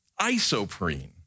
Isoprene